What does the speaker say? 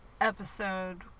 episode